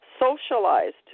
socialized